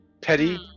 Petty